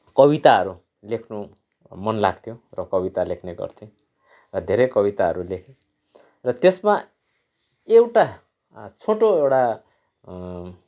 कविताहरू लेख्न मन लाग्थ्यो र कविता लेख्ने गर्थेँ र धेरै कविताहरू लेखेँ र त्यसमा एउटा छोटो एउटा